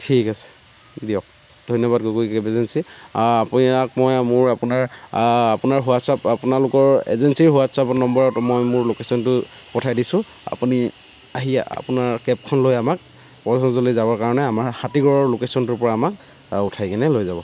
ঠিক আছে দিয়ক ধন্যবাদ গগৈ কেব এজেঞ্চী আপোনাক মই মোৰ আপোনাৰ আপোনাৰ হোৱাটচ্এপ আপোনালোকৰ এজেঞ্চীৰ হোৱাটচ্এপ নম্বৰত মই মোৰ ল'কেচনটো পঠাই দিছোঁ আপুনি আহি আপোনাৰ কেবখন লৈ আমাক যাবৰ কাৰণে আমাৰ হাতিগড়ৰ ল'কেচনটোৰ পৰা আমাক উঠাই কিনে লৈ যাব